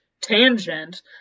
tangent